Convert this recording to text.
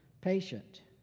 patient